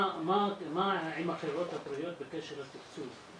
מה עם החברות הפרטיות בקשר לתקצוב,